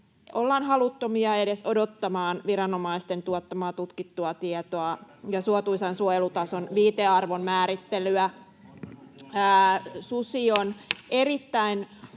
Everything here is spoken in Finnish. ei halunnut odottaa viranomaisten tuottamaa tutkittua tietoa ja suotuisan suojelutason viitearvon määrittelyä. Nyt emme tiedä,